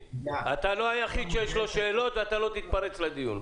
אתה לא היחיד שיש לו שאלות ואתה לא תתפרץ לדיון.